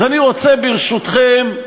אז אני רוצה, ברשותכם,